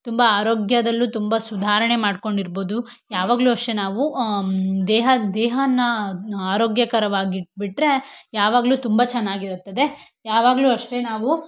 ತುಂಬ ಆರೋಗ್ಯದಲ್ಲೂ ತುಂಬ ಸುಧಾರಣೆ ಮಾಡ್ಕೊಂಡಿರ್ಬೋದು ಯಾವಾಗಲೂ ಅಷ್ಟೆ ನಾವು ದೇಹ ದೇಹನ ಆರೋಗ್ಯಕರವಾಗಿ ಇಟ್ಬಿಟ್ರೆ ಯಾವಾಗಲೂ ತುಂಬ ಚೆನ್ನಾಗಿರುತ್ತದೆ ಯಾವಾಗಲೂ ಅಷ್ಟೆ ನಾವು